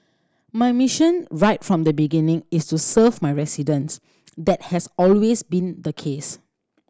my mission right from the beginning is to serve my residents that has always been the case